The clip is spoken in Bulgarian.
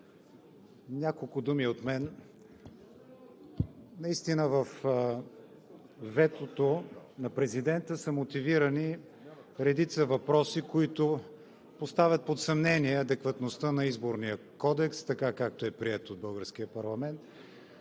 Няколко думи от мен. Наистина във ветото на президента са мотивирани редица въпроси, които поставят под съмнение адекватността на Изборния кодекс, така както е приет от българския парламент.